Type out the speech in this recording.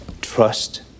trust